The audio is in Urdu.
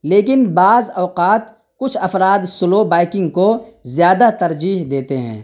لیکن بعض اوقات کچھ افراد سلو بائکنگ کو زیادہ ترجیح دیتے ہیں